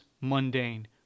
mundane